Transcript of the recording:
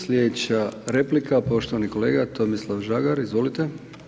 Slijedeća replika, poštovani kolega Tomislav Žagar, izvolite.